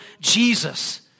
Jesus